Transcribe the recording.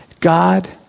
God